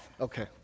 Okay